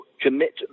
commit